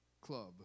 club